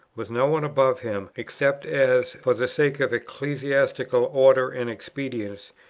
with no one above him, except as, for the sake of ecclesiastical order and expedience,